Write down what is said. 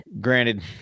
granted